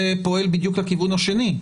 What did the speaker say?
זה פועל בדיוק לכיוון השני.